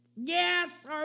yes